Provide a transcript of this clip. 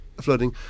flooding